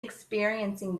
experiencing